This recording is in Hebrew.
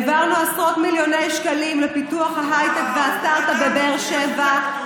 העברנו עשרות מיליוני שקלים לפיתוח ההייטק והסטרטאפ בבאר שבע,